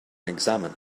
examined